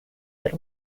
but